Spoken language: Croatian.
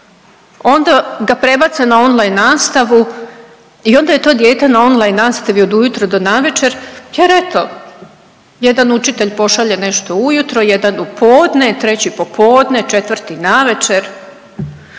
onda ga prebace na on line nastavu i onda je to dijete na on line nastavi od ujutro do navečer jer eto jedan učitelj pošalje nešto ujutro, jedan u podne, treći popodne, četvrti navečer